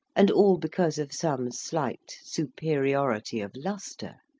and all because of some slight superiority of lustre,